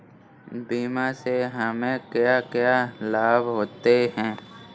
बीमा से हमे क्या क्या लाभ होते हैं?